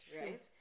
right